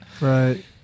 Right